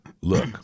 look